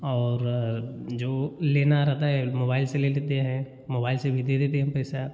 और जो लेना रहता है मोबाइल से ले लेते हैं मोबाइल से भी दे देते हैं पैसा